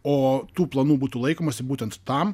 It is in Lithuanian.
o tų planų būtų laikomasi būtent tam